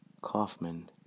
Kaufman